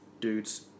dudes